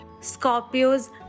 Scorpio's